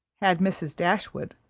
had mrs. dashwood,